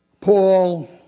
Paul